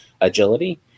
agility